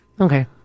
Okay